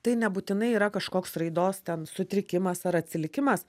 tai nebūtinai yra kažkoks raidos ten sutrikimas ar atsilikimas